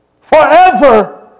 forever